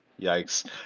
Yikes